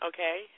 Okay